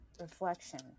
reflection